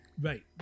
right